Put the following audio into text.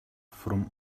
from